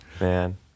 Man